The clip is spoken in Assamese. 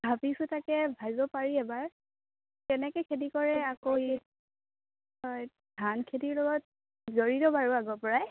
ভাবিছোঁ তাকে ভাবিব পাৰি এবাৰ কেনেকৈ খেতি কৰে আকৌ ই হয় ধান খেতিৰ লগত জড়িত বাৰু আগৰ পৰাই